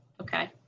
okay